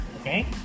Okay